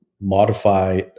modify